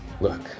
Look